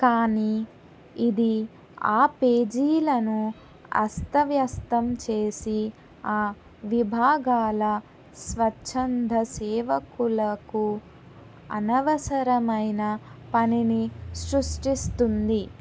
కానీ ఇది ఆ పేజీలను అస్తవ్యస్తం చేసి ఆ విభాగాల స్వచ్ఛంద సేవకులకు అనవసరమైన పనిని సృష్టిస్తుంది